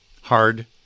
Hard